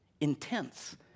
intense